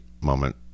moment